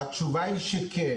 התשובה היא שכן.